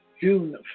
June